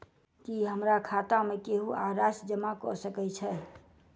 की हमरा खाता मे केहू आ राशि जमा कऽ सकय छई?